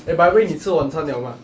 eh by the way 你吃晚餐 liao 吗